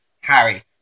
Harry